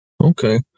okay